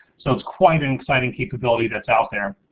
so it's quite an exciting capability that's out there.